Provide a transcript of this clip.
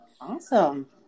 awesome